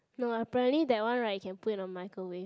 no apparently that one right can put in a microwave